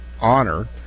Honor